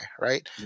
right